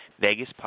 Vegas